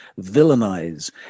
villainize